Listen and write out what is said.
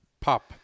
Pop